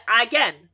again